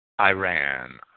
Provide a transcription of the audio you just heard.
Iran